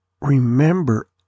remember